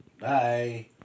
Bye